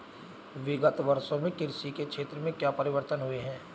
विगत वर्षों में कृषि के क्षेत्र में क्या परिवर्तन हुए हैं?